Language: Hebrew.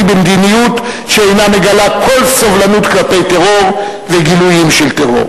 במדיניות שאינה מגלה כל סובלנות כלפי טרור וגילויים של טרור,